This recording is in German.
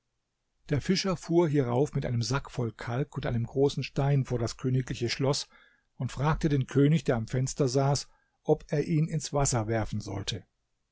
der fischer fuhr hierauf mit einem sack voll kalk und einem großen stein vor das königliche schloß und fragte den könig der am fenster saß ob er ihn ins wasser werfen sollte